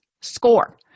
Score